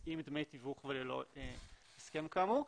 עם דמי תיווך וללא הסכם כאמור.